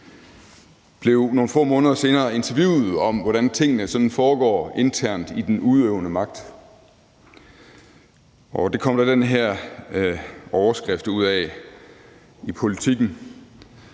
blev nogle få måneder senere interviewet om, hvordan tingene foregår internt i den udøvende magt, og det kom der den her overskrift ud af i Politiken: